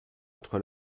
entre